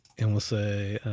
and we'll say